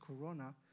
corona